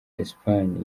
espagne